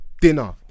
dinner